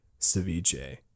ceviche